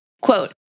Quote